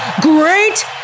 Great